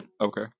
okay